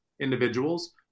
individuals